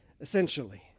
essentially